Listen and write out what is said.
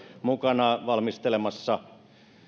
mukana valmistelemassa